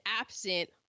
absent